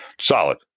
solid